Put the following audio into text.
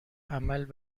عمل